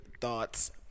thoughts